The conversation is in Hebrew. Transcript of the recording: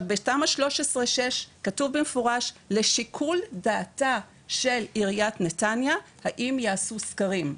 בתמ"א 6/13 כתוב במפורש: לשיקול דעתה של עיריית נתניה האם ייעשו סקרים.